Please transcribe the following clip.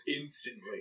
instantly